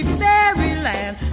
fairyland